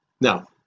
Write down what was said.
Now